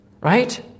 Right